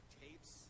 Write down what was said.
tapes